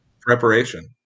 preparation